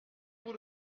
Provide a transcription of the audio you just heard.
pour